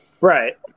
right